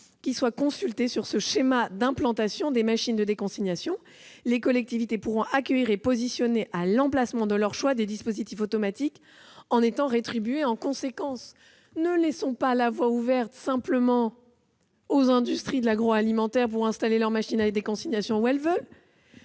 soit consulté sur le schéma d'implantation des machines de déconsignation. Les collectivités pourront accueillir et positionner à l'emplacement de leur choix des dispositifs automatiques en étant rétribuées en conséquence : ne laissons pas la voie ouverte aux industries de l'agroalimentaire ! Les collectivités ne doivent pas regarder